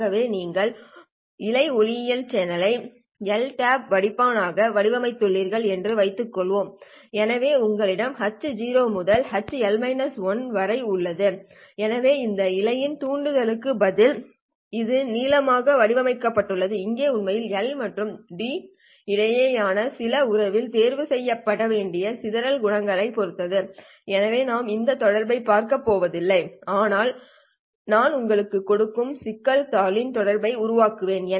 ஆகவே நீங்கள் இழை ஒளியியல் சேனலை L tap வடிப்பானாக வடிவமைத்துள்ளீர்கள் என்று வைத்துக் கொள்வோம் எனவே உங்களிடம் h முதல் h வரை உள்ளது எனவே இந்த இழை ன் தூண்டுதலு க்கு பதில் இது நீளமாக வடிவமைக்கப்பட்டுள்ளது இங்கே உண்மையில் L மற்றும் D இடையேயான சில உறவில் தேர்வு செய்யப்பட வேண்டிய சிதறல் குணகத்தைப் பொறுத்தது எனவே நாம் இந்த தொடர்பை பார்க்கப் போவதில்லை ஆனால் நான் உங்களுக்குக் கொடுக்கும் சிக்கல் தாளின் தொடர்பை உருவாக்குவேன்